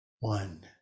One